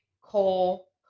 coal